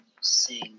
sing